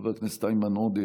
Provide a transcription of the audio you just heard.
חבר הכנסת איימן עודה,